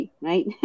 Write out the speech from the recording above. right